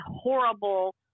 horrible